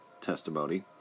testimony